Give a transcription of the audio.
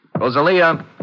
Rosalia